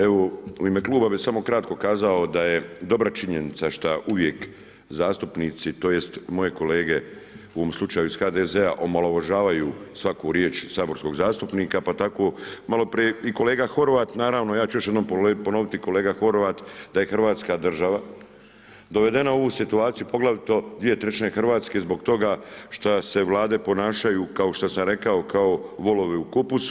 Evo, u ime kluba bih samo kratko kazao da je dobra činjenica šta uvijek zastupnici tj. moje kolege, u ovom slučaju iz HDZ-a omalovažavaju svaku riječ saborskog zastupnika pa tako malo prije i kolega Horvat, naravno, ja ću još jednom ponoviti, kolega Horvat, da je Hrvatska država dovedena u ovu situaciju poglavito 2/3 Hrvatske zbog toga što se vlade ponašaju kao što sam rekao, kao volovi u kupusu.